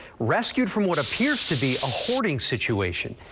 rescued from what appears to be a hoarding situation.